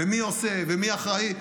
מי עושה ומי אחראי,